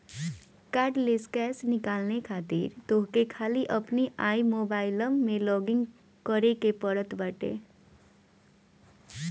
cardless cash निकाले खातिर तोहके खाली अपनी आई मोबाइलम में लॉगइन करे के पड़त बाटे